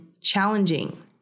challenging